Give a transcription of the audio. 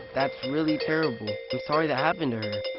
that's really terrible. i'm sorry that happened to her.